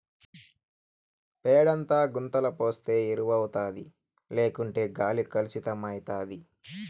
పేడంతా గుంతల పోస్తే ఎరువౌతాది లేకుంటే గాలి కలుసితమైతాది